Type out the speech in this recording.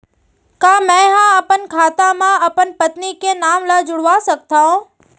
का मैं ह अपन खाता म अपन पत्नी के नाम ला जुड़वा सकथव?